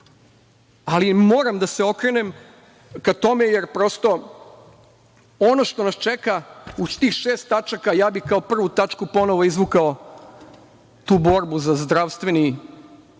ali moram da se okrenem ka tome, jer prosto ono što nas čeka u tih šest tačaka ja bih kao prvu tačku ponovo izvukao tu borbu za zdravstveni